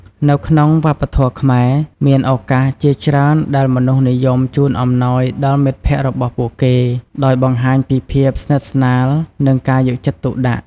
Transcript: នៅក្នុងវប្បធម៌ខ្មែរ មានឱកាសជាច្រើនដែលមនុស្សនិយមជូនអំណោយដល់មិត្តភក្តិរបស់ពួកគេ ដោយបង្ហាញពីភាពស្និទ្ធស្នាល និងការយកចិត្តទុកដាក់។